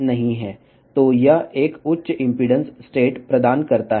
కాబట్టి ఇది అధిక ఇంపెడెన్స్ స్థితి ని అందిస్తుంది